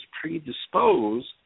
predisposed